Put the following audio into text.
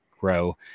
grow